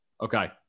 Okay